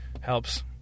helps